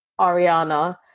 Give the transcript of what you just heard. Ariana